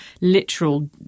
literal